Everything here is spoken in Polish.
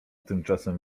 tymczasem